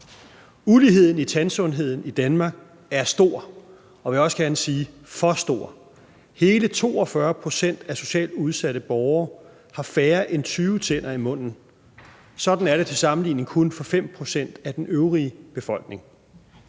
Uligheden i tandsundheden i Danmark er stor, og jeg vil også gerne sige for stor. Hele 42 pct. af socialt udsatte borgere har færre end 20 tænder i munden. Sådan er det til sammenligning kun for 5 pct. af den øvrige befolkning.